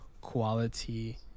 quality